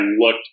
looked